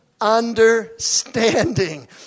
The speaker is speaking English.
understanding